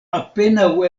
apenaŭ